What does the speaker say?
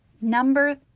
Number